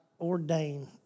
ordained